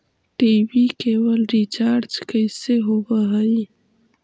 TV cable recharge कैसे होब हइ?